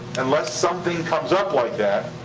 unless something comes up like that,